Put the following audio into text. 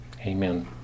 Amen